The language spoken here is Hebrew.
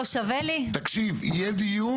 יהיה דיון.